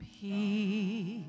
Peace